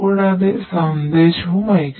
കൂടാതെ സന്ദേശവും അയക്കുന്നു